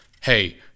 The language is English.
hey